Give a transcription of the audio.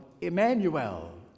Emmanuel